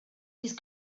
these